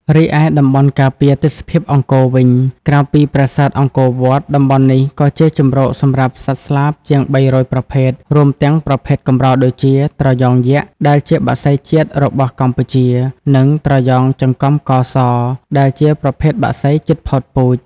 រីឯតំបន់ការពារទេសភាពអង្គរវិញ ក្រៅពីប្រាសាទអង្គរវត្ត តំបន់នេះក៏ជាជម្រកសម្រាប់សត្វស្លាបជាង ៣០០ ប្រភេទ រួមទាំងប្រភេទកម្រដូចជា ត្រយងយក្ស ដែលជាបក្សីជាតិរបស់កម្ពុជា និងត្រយងចង្កំកស ដែលជាប្រភេទបក្សីជិតផុតពូជ។